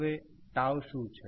હવે શું છે